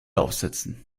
aufsetzen